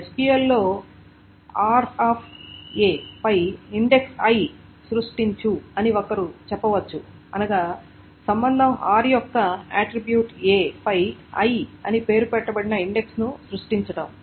slide సమయం 2006 దగ్గర చూడండి SQL లో r పై ఇండెక్స్ i సృష్టించు అని ఒకరు చెప్పవచ్చు అనగా సంబంధం r యొక్క ఆట్రిబ్యూట్ a పై i అని పేరు పెట్టబడిన ఇండెక్స్ ను సృష్టించటం